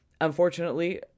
unfortunately